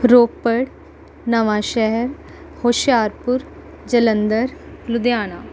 Ropar Nawanshahr Hoshiarpur Jalandhar Ludhiana